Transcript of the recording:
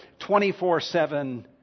24-7